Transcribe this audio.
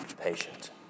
patient